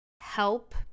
help